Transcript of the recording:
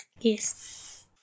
Yes